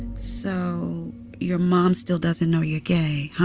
so your mom still doesn't know you're gay, huh?